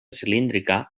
cilíndrica